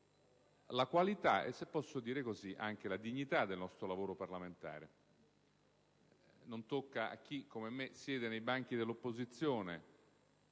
la qualità e, se posso dire così, la dignità del nostro lavoro parlamentare. Non tocca a chi, come me, siede nei banchi dell'opposizione